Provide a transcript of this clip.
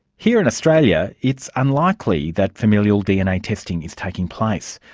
here in australia it's unlikely that familial dna testing is taking place.